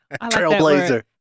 Trailblazer